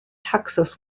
texas